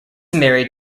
married